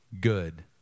Good